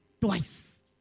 twice